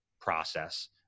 process